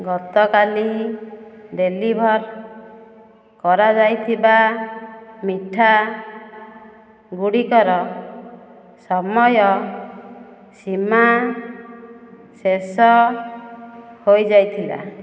ଗତକାଲି ଡେଲିଭର୍ କରାଯାଇଥିବା ମିଠା ଗୁଡ଼ିକର ସମୟ ସୀମା ଶେଷ ହୋଇଯାଇଥିଲା